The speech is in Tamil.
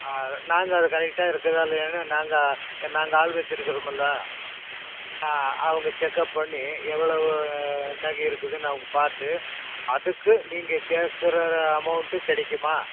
நாங்கள் அது கரெக்டாக இருக்குதா இல்லையான்னு நாங்கள் நாங்கள் ஆள் வச்சிருக்கிறோமில்ல ஆ அவங்க செக்கப் பண்ணி எவ்வளவு நகை இருக்குதுன்னு அவங்க பார்த்து அதுக்கு நீங்கள் கேக்கிற அமவுண்ட்டு கிடைக்குமா